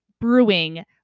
brewing